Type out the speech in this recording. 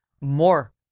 more